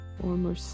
former